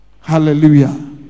Hallelujah